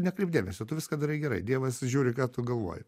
nekreipk dėmesio tu viską darai gerai dievas žiūri ką tu galvoji